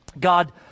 God